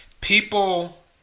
People